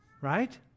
right